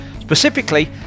Specifically